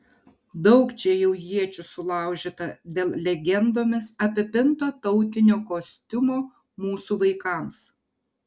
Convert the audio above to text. daug čia jau iečių sulaužyta dėl legendomis apipinto tautinio kostiumo mūsų vaikams